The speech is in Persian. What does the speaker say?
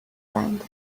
بنده